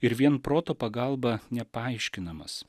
ir vien proto pagalba nepaaiškinamas